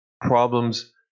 problems